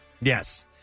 Yes